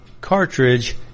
cartridge